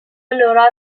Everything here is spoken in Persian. لورا